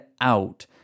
out